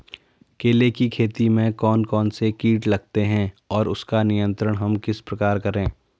केले की खेती में कौन कौन से कीट लगते हैं और उसका नियंत्रण हम किस प्रकार करें?